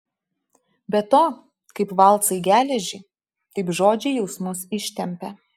be to kaip valcai geležį taip žodžiai jausmus ištempia